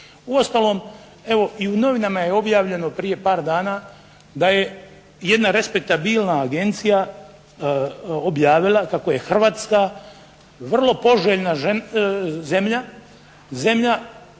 Uostalom, evo i u novinama je objavljeno prije par dana da je jedna respektabilna agencija objavila kako je Hrvatska vrlo poželjna zemlja, zemlja